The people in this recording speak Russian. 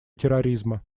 терроризма